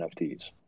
NFTs